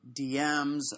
DMs